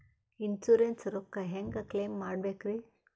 Insurance ರೊಕ್ಕ ಹೆಂಗ claim ಮಾಡ್ಬೇಕ್ರಿ?